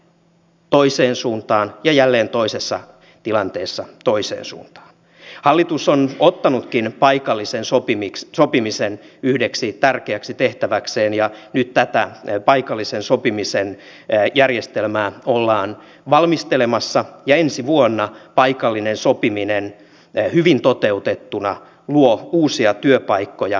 on monta kertaa nostettu esille näitten pakkolakikeskustelujen yhteydessä että hallitus on tehnyt itsensä osalliseksi tässä prosessissa osapuoleksi ja se on varmasti vaikuttanut tähän työmarkkinoitten ilmapiiriin ja siihen onko mahdollista saada tätä yhteiskunnan kannalta tärkeätä palkkaratkaisua matalalla tasolla pitkäksi aikaa tehtyä